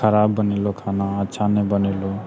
खराब बनेलहो खाना अच्छा नहि बनेलहो